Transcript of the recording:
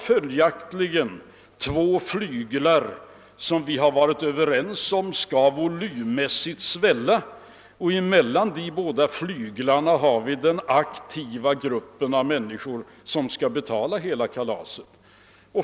Mellan dessa två flyglar, som vi varit överens om volymmässigt skall svälla, finns den aktiva gruppen av människor vilken skall betala hela kalaset.